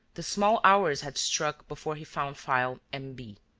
the small hours had struck before he found file m. b.